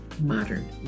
Modern